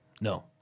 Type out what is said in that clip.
No